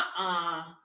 -uh